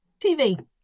TV